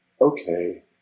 okay